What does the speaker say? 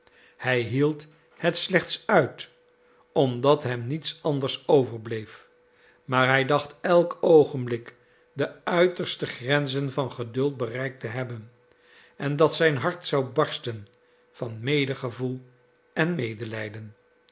hij hield het slechts uit omdat hem niets anders overbleef maar hij dacht elk oogenblik de uiterste grenzen van geduld bereikt te hebben en dat zijn hart zou barsten van medegevoel en medeleden